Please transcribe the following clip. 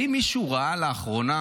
האם מישהו ראה לאחרונה